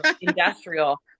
Industrial